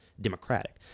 democratic